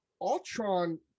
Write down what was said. Ultron